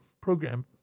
program